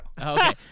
Okay